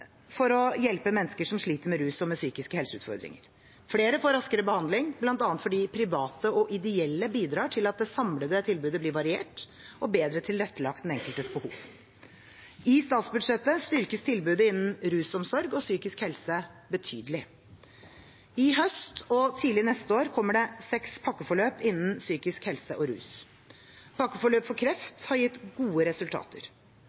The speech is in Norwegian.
for å hjelpe mennesker som sliter med rus og med psykiske helseutfordringer. Flere får raskere behandling bl.a. fordi private og ideelle tilbud bidrar til at det samlede tilbudet blir variert og bedre tilrettelagt den enkeltes behov. I statsbudsjettet styrkes tilbudet innenfor rusomsorg og psykisk helse betydelig. I høst og tidlig neste år kommer det seks pakkeforløp innenfor psykisk helse og rus. Pakkeforløp for kreft har gitt gode resultater.